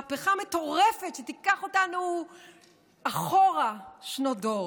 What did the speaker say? מהפכה מטורפת שתיקח אותנו אחורה שנות דור,